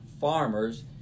farmers